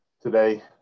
today